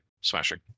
Smashing